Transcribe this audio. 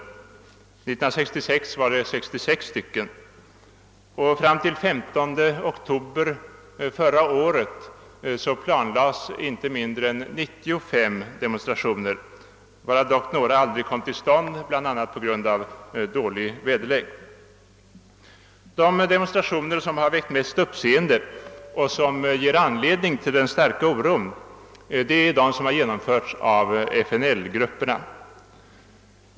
1966 var antalet 66 och fram till den 15 oktober förra året planlades inte mindre än 95 demonstrationer varav dock några aldrig kom till stånd, bl.a. på grund av dålig väderlek. De demonstrationer som väckt mest uppseende och som ger anledning till den starka oron är de som genomförts av FNL-grupperna.